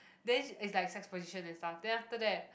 then she it's like sex position and stuff then after that